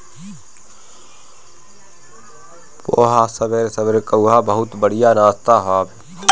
पोहा सबेरे सबेरे कअ बहुते बढ़िया नाश्ता हवे